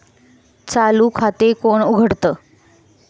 चालू खाते कोण उघडतं?